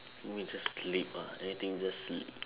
if me you just sleep ah anything just sleep